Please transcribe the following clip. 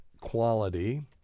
quality